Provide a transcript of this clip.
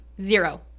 Zero